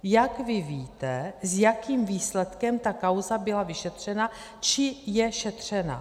Jak vy víte, s jakým výsledkem ta kauza byla vyšetřena, či je šetřena?